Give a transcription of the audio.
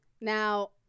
Now